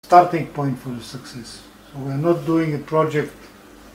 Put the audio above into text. נקודת ההתחלה של ההצלחה, אנחנו לא עושים פרויקט.